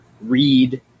read